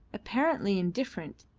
apparently indifferent,